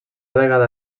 vegada